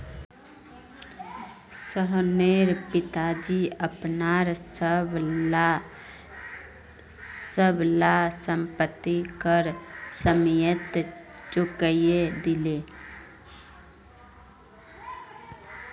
सोहनेर पिताजी अपनार सब ला संपति कर समयेत चुकई दिले